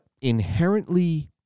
inherently